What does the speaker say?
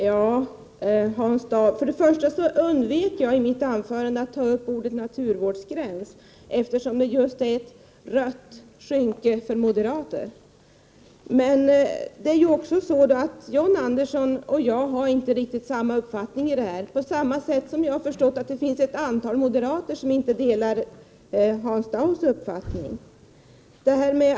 Herr talman! Jag undvek i mitt anförande att nämna ordet naturvårdsgräns, eftersom det just är ett rött skynke för moderaterna. John Andersson och jag har inte riktigt samma uppfattning. På samma sätt har jag förstått att ett antal moderater inte delar Hans Daus uppfattning.